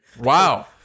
wow